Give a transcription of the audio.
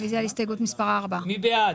רוויזיה על הסתייגות מס' 15. מי בעד,